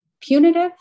punitive